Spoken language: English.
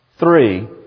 Three